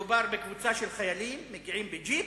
מדובר בקבוצה של חיילים מגיעים בג'יפ,